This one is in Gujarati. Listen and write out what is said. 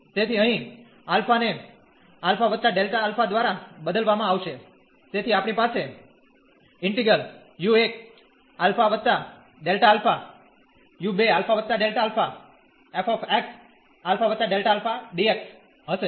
તેથી અહીં α ને α Δα દ્વારા બદલવામાં આવશે તેથી આપણી પાસે હશે